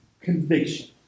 conviction